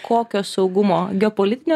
kokio saugumo geopolitinio